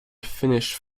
finished